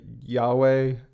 Yahweh